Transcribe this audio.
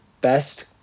best